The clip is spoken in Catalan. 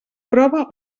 prova